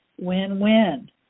win-win